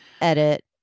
edit